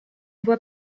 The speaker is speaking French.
voie